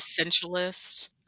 essentialist